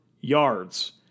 yards